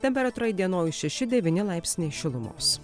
temperatūra įdienojus šeši devyni laipsniai šilumos